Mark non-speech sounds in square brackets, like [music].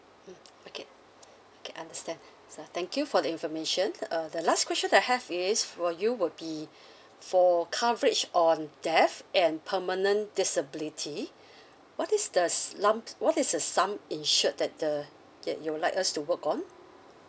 mm okay okay understand so thank you for the information uh the last question that I have is for you would be [breath] for coverage on death and permanent disability [breath] what is the lum what is the sum insured that the that you would like us to work on